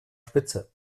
spitze